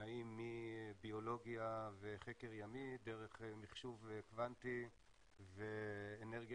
נעים מביולוגיה וחקר ימי דרך מחשוב קוונטי ואנרגיה